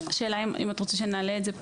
השאלה אם את רוצה שנעלה את זה עכשיו.